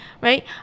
right